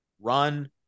run